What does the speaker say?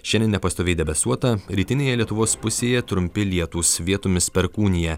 šiandien nepastoviai debesuota rytinėje lietuvos pusėje trumpi lietūs vietomis perkūnija